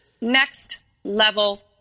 next-level